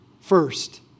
first